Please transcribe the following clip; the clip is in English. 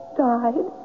died